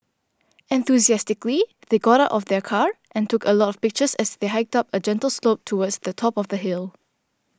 enthusiastically they got out of their car and took a lot of pictures as they hiked up a gentle slope towards the top of the hill